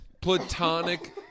platonic